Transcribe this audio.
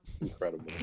Incredible